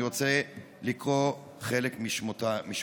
אני רוצה לקרוא חלק משמותיהם: